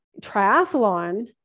triathlon